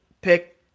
pick